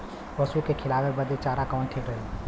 पशु के खिलावे बदे चारा कवन ठीक रही?